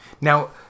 Now